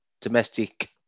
domestic